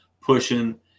pushing